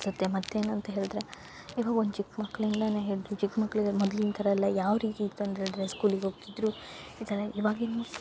ಅನ್ಸುತ್ತೆ ಮತ್ತು ಏನಂತ ಹೇಳ್ದ್ರೆ ಈಗ ಒಂದು ಚಿಕ್ಕ ಮಕ್ಕಳಿಂದನೆ ಹಿಡ್ದು ಚಿಕ್ಕ ಮಕ್ಕಳಿಗೆಲ್ಲ ಮೊದ್ಲಿನ ಥರ ಎಲ್ಲ ಯಾವ ರೀತಿ ಇತ್ತು ಅಂತೇಳ್ದ್ರೆ ಸ್ಕೂಲಿಗೆ ಹೋಗ್ತಿದ್ದರು ಈ ಥರ ಇವಾಗಿನ ಮಕ್ಕಳು